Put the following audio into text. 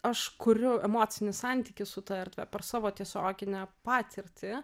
aš kuriu emocinį santykį su ta erdve per savo tiesioginę patirtį